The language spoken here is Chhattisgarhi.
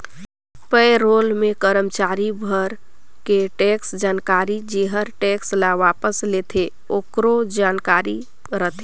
पे रोल मे करमाचारी भर के टेक्स जानकारी जेहर टेक्स ल वापस लेथे आकरो जानकारी रथे